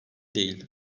değil